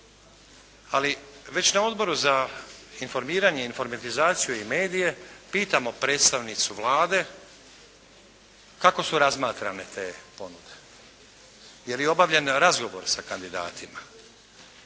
ali već na Odboru za informiranje, informatizacije i medije pitamo predstavnicu Vlade kako su razmatrane te ponude? Je li obavljen razgovor sa kandidatima?